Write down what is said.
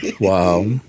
Wow